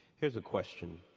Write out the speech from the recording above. here's a question.